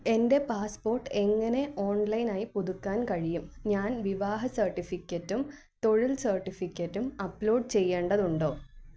എൻ്റെ പാസ്പോർട്ട് എങ്ങനെ ഓൺലൈനായി പുതുക്കാൻ കഴിയും ഞാൻ വിവാഹ സർട്ടിഫിക്കറ്റും തൊഴിൽ സർട്ടിഫിക്കറ്റും അപ്ലോഡ് ചെയ്യേണ്ടതുണ്ടോ